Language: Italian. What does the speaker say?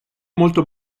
molto